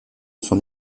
son